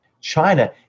China